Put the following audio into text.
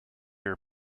are